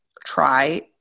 try